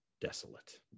desolate